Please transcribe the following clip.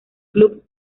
club